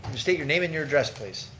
state your name and your address please?